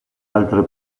altre